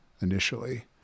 initially